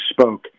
spoke